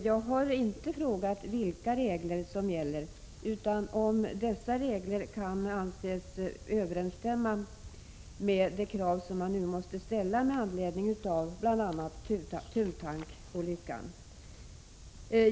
Jag har inte frågat vilka regler som gäller utan om dessa regler kan anses överensstämma med de krav som man nu måste ställa med anledning av bl.a. Thuntanksolyckan.